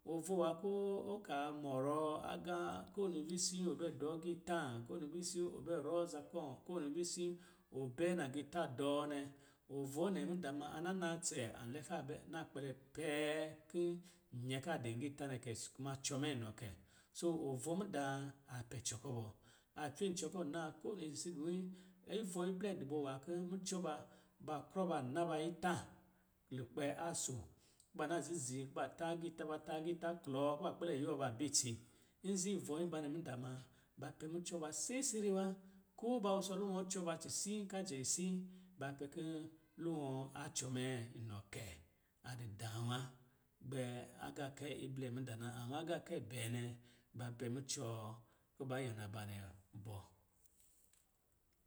Ɔⱱɔ̌ nwâ kɔ̂ ɔ kaa mɔrɔɔ agâ ko wini visii ɔ bɛ dɔ agitâ, ko wini visil ɔ bɛ vɔ aza kɔ̂, ko wini visii, ɔ bɛ nagiitâ dɔɔ nɛ, ɔvɔ̂ nɛ ni daa ma, a na naa tsɛ, an lɛ ka bɛ, na gbɛlɛ pɛɛ kɔ̂ nyɛ kɔ̂ a di giitâ kɛ kuma cɔ mɛ nɔ kɛ. Soo, ɔvɔ̌ mudaa a pɛ cɔ kɔ̂ bɔ. A cwe cɔ kɔ̂ naa ko wini sii dɔmin, ivɔ̂ iblɛ dɔ bɔ nwâ kɔ̂ mucɔ ba cvɔ ba na ba itâ lukpɛ aso kɔ̂ ba na zizi kɔ̂ ba tǎ giitâ, ba tǎ giita, ba tâ mucɔ ba cvɔ ba na ba itǎ lukpɛ aso kɔ̌ ba na zizi kɔ̂ ba tâ giitâ, ba tâ giitâ klɔ kuba gbɛlɛ yuwɔ ba bɛ itsi. Nsii vɔɔ ban nɛ madââ ma, ba pɛ mucɔ ba sɛsɛrɛ wa. Ko ba wusɔ luwɔ a cɔ ba cisin, ka jɛ nsin, ba bɛ kɔ̂ luwɔ a cɔ mɛ inɔ kɛ. A di daa nwâ gbɛ agaakɛ iblɛ mudaa na, amma agaakɛ bɛɛ nɛ, ba pɛ mucɔ kɔ̌ ba nyana ba nɛ bɔ.